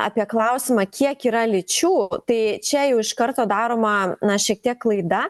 apie klausimą kiek yra lyčių tai čia jau iš karto daroma na šiek tiek klaida